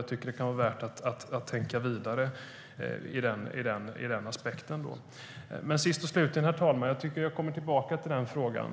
Jag tycker att det kan vara värt att tänka vidare på denna aspekt. Herr talman! Jag kommer tillbaka till följande fråga: